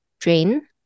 drain